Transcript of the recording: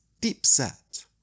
deep-set